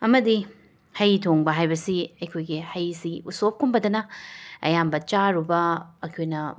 ꯑꯃꯗꯤ ꯍꯩ ꯊꯣꯡꯕ ꯍꯥꯏꯕꯁꯤ ꯑꯩꯈꯣꯏꯒꯤ ꯍꯩꯁꯤ ꯎꯁꯣꯞꯀꯨꯝꯕꯗꯅ ꯑꯌꯥꯝꯕ ꯆꯥꯔꯨꯕ ꯑꯩꯈꯣꯏꯅ